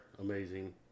amazing